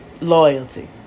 Loyalty